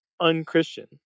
unchristian